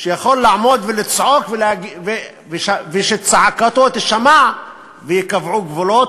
שהוא יכול לעמוד ולצעוק וצעקתו תישמע וייקבעו גבולות,